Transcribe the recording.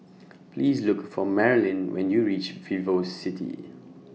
Please Look For Maralyn when YOU REACH Vivocity